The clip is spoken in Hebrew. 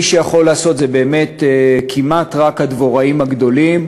מי שיכול לעשות זה באמת כמעט רק הדבוראים הגדולים,